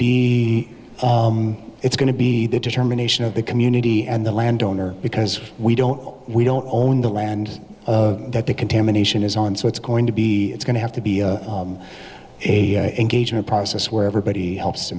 be it's going to be the determination of the community and the landowner because we don't we don't own the land that the contamination is on so it's going to be it's going to have to be a engagement process where everybody helps to